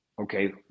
Okay